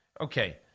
Okay